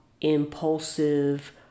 impulsive